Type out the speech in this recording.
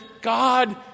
God